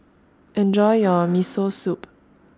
Enjoy your Miso Soup